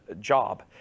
job